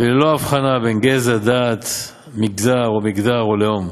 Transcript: וללא אבחנה בין גזע, דת, מגזר או מגדר או לאום.